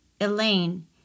Elaine